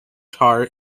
tar